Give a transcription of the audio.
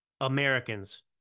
Americans